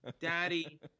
daddy